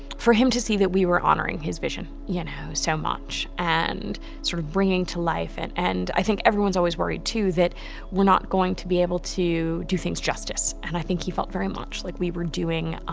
for him to see that we were honoring his vision you know so much. and sort of bringing to life, and and i think everyone's always worried too that we're not going to be able to do things justice, and i think he felt very much like we were doing